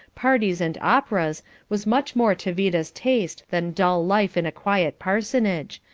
parties and operas was much more to vida's taste than dull life in a quiet parsonage,